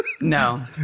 no